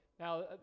Now